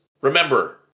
Remember